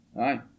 Aye